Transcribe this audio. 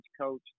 coach